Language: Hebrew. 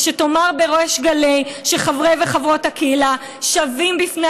ושתאמר בריש גלי שחברי וחברות הקהילה שווים בפני